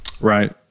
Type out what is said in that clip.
Right